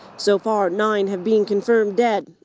so far nine have been confirmed dead.